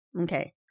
Okay